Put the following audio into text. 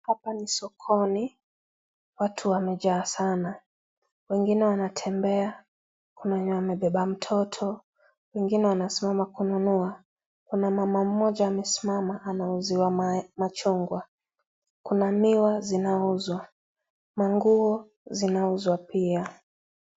Hapa ni sokoni. Watu wamejaa sana. wengine wanatembea. Kuna wenye wamebeba mtoto. Wengine wanasimama kunua. Kuna mama mmoja amesimama ,anauziwa maya, machungwa. Kuna miwa zinauzwa, na nguo zinauzwa pia.